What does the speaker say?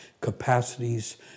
capacities